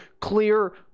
clear